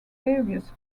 various